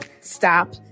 stop